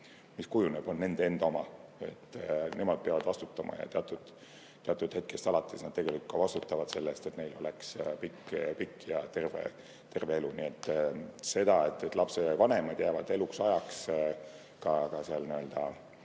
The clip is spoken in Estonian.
kujuneb, on nende enda oma, nemad peavad vastutama. Teatud hetkest alates nad tegelikult ka vastutavad selle eest, et neil oleks pikk ja terve elu. Nii et seda, et lapsevanemad jäävad eluks ajaks ka seal 16+